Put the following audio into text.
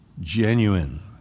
Genuine